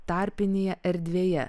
tarpinėje erdvėje